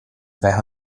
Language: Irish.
bheith